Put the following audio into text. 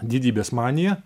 didybės manija